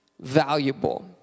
valuable